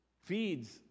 feeds